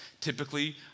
typically